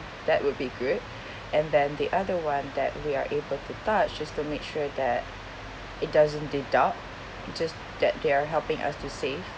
that would be good and then the other one that we are able to touch just to make sure that it doesn't deduct just that they're helping us to save